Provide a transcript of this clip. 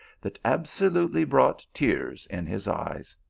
that absolutely brought tears in his eyes.